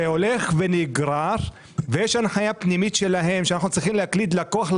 זה הולך ונגרר ויש הנחיה פנימית שלהם שאנחנו צריכים להקליד לקוח,